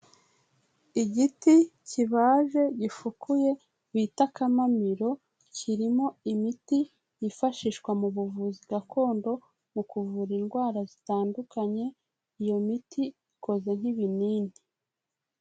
Igiti kibaje gifukuye bita akamamiro, kirimo imiti yifashishwa mu buvuzi gakondo, mu kuvura indwara zitandukanye, iyo miti ikoze nk'ibinini.